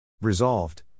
Resolved